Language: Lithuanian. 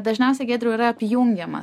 dažniausiai giedriau yra apjungiama